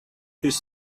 his